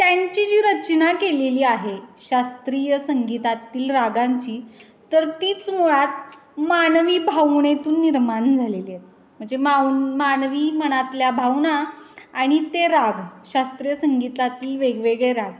त्यांची जी रचना केलेली आहे शास्त्रीय संगीतातील रागांची तर तीच मुळात मानवी भावनेतून निर्माण झालेली आहेत म्हणजे माव मानवी मनातल्या भावना आणि ते राग शास्त्रीय संगीतातील वेगवेगळे राग